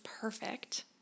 perfect